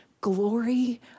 glory